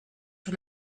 sur